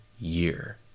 year